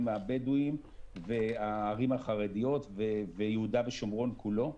הבדואים והערים החרדיות ויהודה ושומרון כולו.